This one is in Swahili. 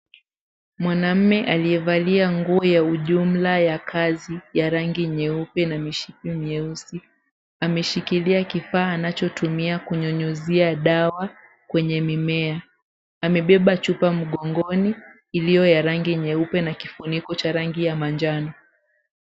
Mwanaume aliyevalia nguo ya ujumla ya kazi ya rangi nyeupe na mishipi meusi, ameshikilia kifaa anachotumia kunyunyuzia dawa kwenye mimea. Amebeba chupa mgongoni iliyo ya rangi nyeupe na kifuniko cha rangi ya manjano.